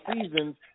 seasons